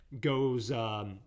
goes